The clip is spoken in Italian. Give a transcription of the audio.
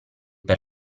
per